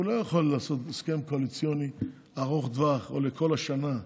הוא לא יכול לעשות הסכם קואליציוני ארוך טווח או לכל השנה,